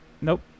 Nope